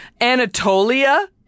Anatolia